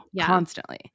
constantly